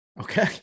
Okay